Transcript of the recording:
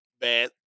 bad